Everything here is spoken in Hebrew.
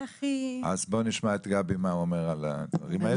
הכי --- אז בואו נשמע מה גבי אומר על הדברים האלה.